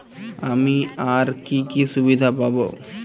আমি আর কি কি সুবিধা পাব?